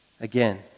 again